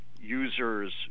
users